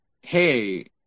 hey